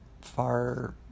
far